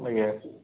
ଆଜ୍ଞା